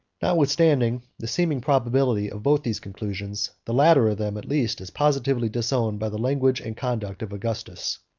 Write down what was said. notwithstanding the seeming probability of both these conclusions, the latter of them at least is positively disowned by the language and conduct of augustus.